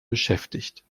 beschäftigt